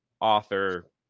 author